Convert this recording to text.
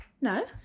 No